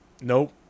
Nope